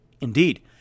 Indeed